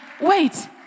wait